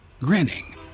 grinning